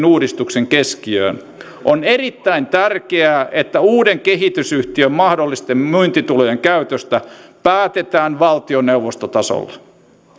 uudistuksen keskiöön on erittäin tärkeää että uuden kehitysyhtiön mahdollisten myyntitulojen käytöstä päätetään valtioneuvostotasolla